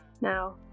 Now